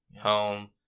home